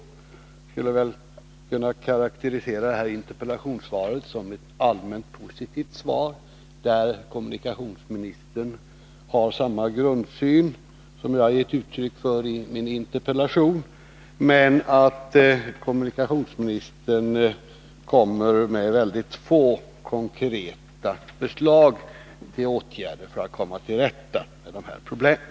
Jag skulle kunna karakterisera interpellationssvaret som ett allmänt positivt svar, där kommunikationsministern har samma grundsyn som jag har gett uttryck för i min interpellation, men anger mycket få konkreta förslag till åtgärder för att komma till rätta med dessa problem.